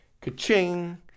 ka-ching